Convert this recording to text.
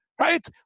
right